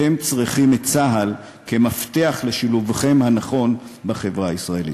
אתם צריכים את צה"ל כמפתח לשילובכם הנכון בחברה הישראלית.